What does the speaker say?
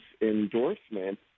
endorsement